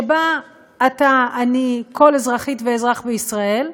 שבה אתה, אני, כל אזרחית ואזרח בישראל,